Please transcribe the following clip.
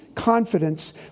confidence